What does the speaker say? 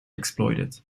exploited